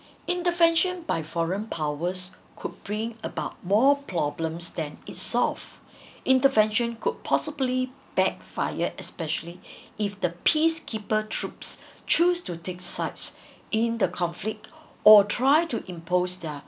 intervention by foreign powers could bring about more problems than it solved intervention could possibly backfire especially if the peace keeper troops choose to take sides in the conflict or try to impose their